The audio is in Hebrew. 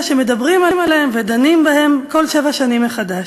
שמדברים עליהם ודנים בהם כל שבע שנים מחדש.